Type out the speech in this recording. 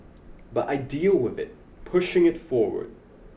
but I deal with it pushing it forward